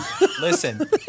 Listen